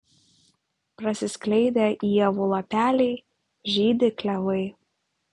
prasiskleidę ievų lapeliai žydi klevai